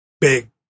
big